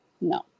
No